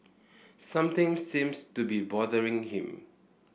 something seems to be bothering him